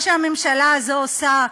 מה שהממשלה הזו עושה,